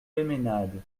peymeinade